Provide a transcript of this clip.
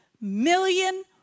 million